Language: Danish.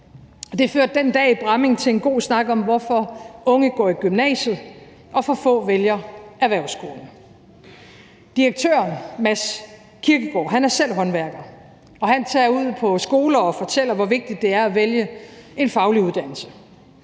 Det førte den dag i Bramming til en god snak om, hvorfor unge går i gymnasiet og for få vælger erhvervsskolen. Direktøren, Mads Kirkegaard, er selv håndværker, og han tager ud på skoler og fortæller, hvor vigtigt det er at vælge en faglig uddannelse.